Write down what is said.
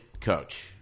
coach